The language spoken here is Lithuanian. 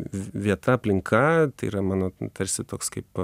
v vieta aplinka tai yra mano tarsi toks kaip